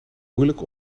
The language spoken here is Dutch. moeilijk